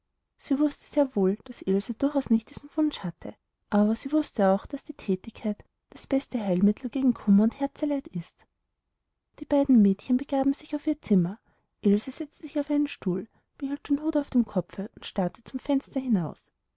sie wußte sehr wohl daß ilse durchaus nicht diesen wunsch hatte aber sie wußte auch daß die thätigkeit das beste heilmittel gegen kummer und herzeleid ist die beiden mädchen begaben sich auf ihr zimmer ilse setzte sich auf einen stuhl behielt den hut auf dem kopfe und starrte zum fenster hinaus